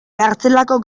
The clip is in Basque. kartzelako